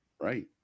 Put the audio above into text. Right